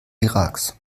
iraks